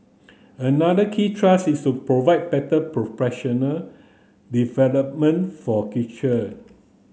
another key thrust is to provide better professional development for kitchen